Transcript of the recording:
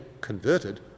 converted